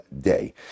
day